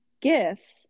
gifts